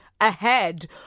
Ahead